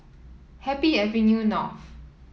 Happy Avenue North